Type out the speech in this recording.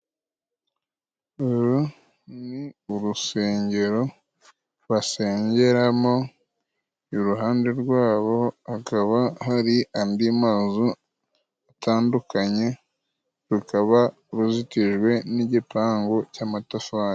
Uru ni urusengero basengeramo iruhande rwabo hakaba hari andi mazu atandukanye, rukaba ruzitijwe n'igipangu cy'amatafari.